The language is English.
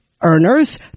earners